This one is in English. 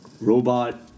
robot